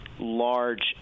large